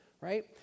right